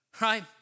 right